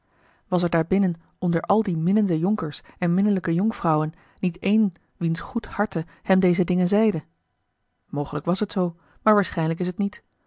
was er daarbinnen onder al die minnende jonkers en minnelijke jonkvrouwen niet een wiens goed harte hem deze dingen zeide mogelijk was het zoo maar waarschijnlijk is het niet